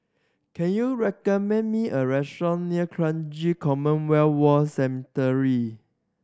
can you recommend me a restaurant near Kranji Commonwealth War Cemetery